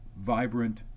vibrant